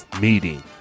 meeting